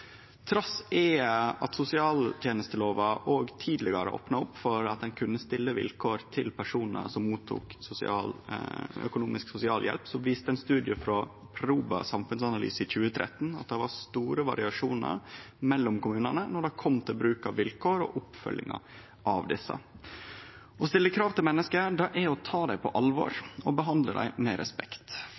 Trass i at sosialtenestelova òg tidlegare opna opp for at ein kunne stille vilkår til personar som mottok økonomisk sosialhjelp, viste ein studie frå Proba samfunnsanalyse i 2013 at det var store variasjonar mellom kommunane når det kom til bruk av vilkår og oppfølginga av dei. Å stille krav til menneske er å ta dei på alvor og behandle dei med respekt.